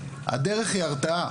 הרתעה, הדרך היא הרתעה.